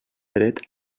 dret